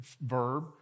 verb